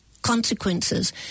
consequences